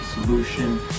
solution